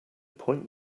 point